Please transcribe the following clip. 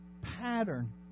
pattern